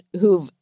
who've